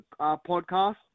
podcast